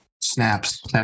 snaps